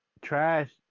trash